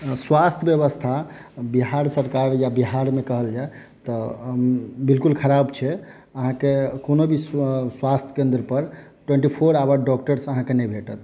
स्वास्थ्य व्यवस्था बिहार सरकार या बिहारमे कहल जाय तऽ बिलकुल ख़राब छै आहाँकेँ कोनो भी स्वास्थ्य केन्द्र पर ट्वेन्टी फोर आवर डॉक्टर्स आहाँकेँ नहि भेटत